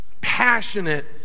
passionate